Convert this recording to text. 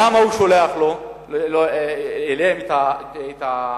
למה הוא שולח אליהם את התשובה?